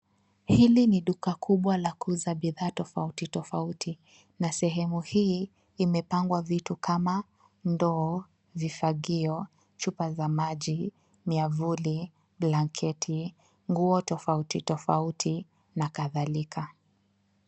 Hili ni duka kubwa la kuuza bidhaa tofautitofauti na sehemu hii imepangwa vitu kama ndoo, vifagio, chupa za maji, miavuli, blanketi, nguo tofautitofauti na kadhalika.